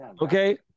Okay